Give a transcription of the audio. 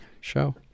show